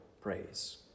praise